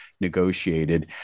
negotiated